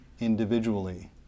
individually